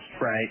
Right